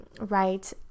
right